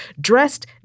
dressed